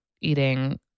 eating